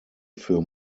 für